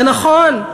זה נכון.